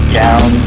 down